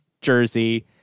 Jersey